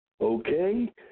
Okay